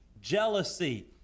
jealousy